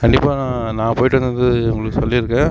கண்டிப்பாக நான் நான் போய்ட்டு வந்தது தான் உங்களுக்கு சொல்லியிருக்கேன்